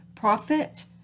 Profit